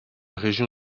région